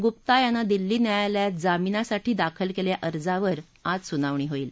गुप्ता यानं दिल्ली न्यायालयात जामीनासाठी दाखल केलेल्या अर्जावर आज सुनावणी होईल